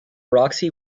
roxy